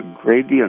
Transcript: gradient